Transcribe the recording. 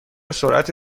سرعت